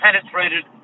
penetrated